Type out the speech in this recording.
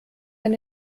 ein